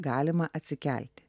galima atsikelti